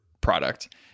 product